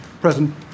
present